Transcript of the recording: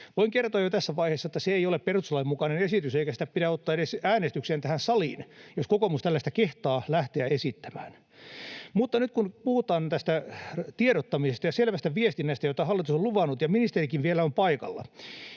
Voin kertoa jo tässä vaiheessa, että se ei ole perustuslain mukainen esitys, eikä sitä pidä ottaa edes äänestykseen tähän saliin, jos kokoomus tällaista kehtaa lähteä esittämään. Mutta nyt kun puhutaan tiedottamisesta ja selvästä viestinnästä, jota hallitus on luvannut, ja ministerikin vielä on paikalla,